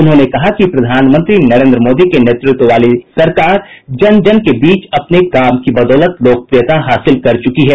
उन्होंने कहा कि प्रधानमंत्री नरेन्द्र मोदी के नेतृत्व वाली सरकार जन जन के बीच अपने काम की बदौलत लोकप्रियता हासिल कर चुकी है